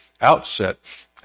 outset